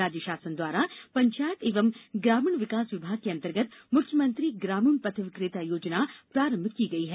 राज्य शासन द्वारा पंचायत एवं ग्रामीण विकास विभाग के अन्तर्गत मुख्यमंत्री ग्रामीण पथ विक्रेता योजना प्रारंभ की गई है